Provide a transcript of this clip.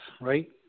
right